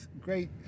Great